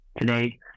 Today